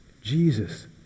Jesus